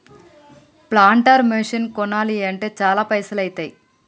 planter machine కొనాలి అంటే చాల పైసల్ ఐతాయ్